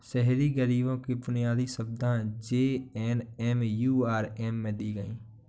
शहरी गरीबों के लिए बुनियादी सुविधाएं जे.एन.एम.यू.आर.एम में दी गई